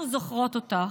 אנחנו זוכרות אותך,